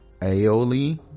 aioli